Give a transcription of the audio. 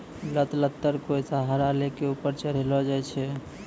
लत लत्तर कोय सहारा लै कॅ ऊपर चढ़ैलो जाय छै